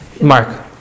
Mark